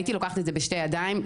הייתי לוקחת את זה בשתי ידיים,